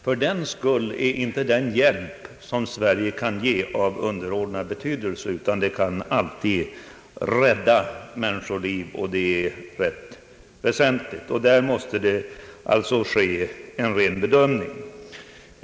Fördenskull är inte den hjälp som Sverige kan ge av underordnad betydelse. Den kan alltid rädda människoliv, och det är rätt väsentligt. Här måste det alltså göras en ren bedömning.